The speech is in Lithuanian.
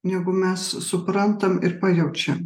negu mes suprantam ir pajaučiam